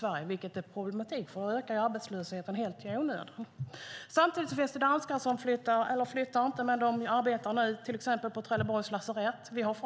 Det är problematiskt, för då ökar arbetslösheten helt i onödan. Samtidigt finns det danskar som arbetar på till exempel Trelleborgs lasarett. Vi har